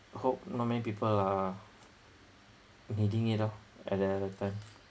hope not many people are needing it lor at the end of time